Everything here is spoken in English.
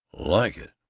like it?